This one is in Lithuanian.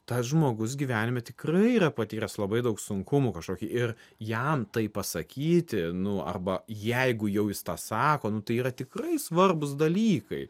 tas žmogus gyvenime tikrai yra patyręs labai daug sunkumų kažkokį ir jam tai pasakyti nu arba jeigu jau jis tą sako nu tai yra tikrai svarbūs dalykai